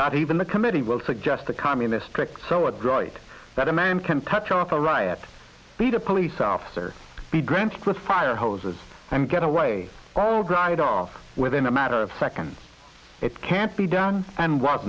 not even the committee will suggest the communist tricks so adroit that a man can touch off a riot beat a police officer be granted with fire hoses and get away all dried off within a matter of seconds it can't be done and